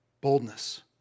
boldness